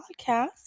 podcast